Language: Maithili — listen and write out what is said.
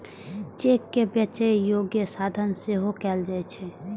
चेक कें बेचै योग्य साधन सेहो कहल जाइ छै